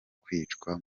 kwicwa